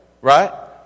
right